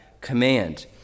command